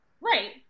Right